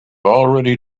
already